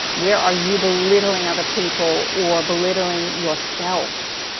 where are you belittling other people or belittling yourself?